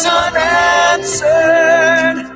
unanswered